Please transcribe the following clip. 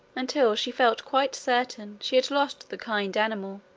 until she felt quite certain she had lost the kind animal